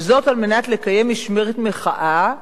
וזאת על מנת לקיים משמרת מחאה,